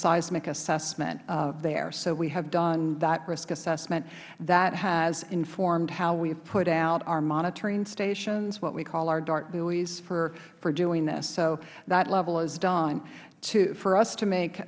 seismic assessment of theirs so we have done that risk assessment that has informed how we put out our monitoring stations what we call our dart buoys for doing this so that level is done for us to make